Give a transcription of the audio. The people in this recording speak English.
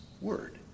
word